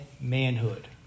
manhood